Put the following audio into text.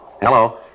Hello